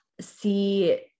see